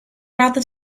rather